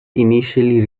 initially